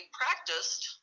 practiced